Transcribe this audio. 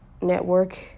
network